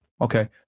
Okay